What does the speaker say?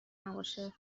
نباشه